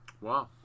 Wow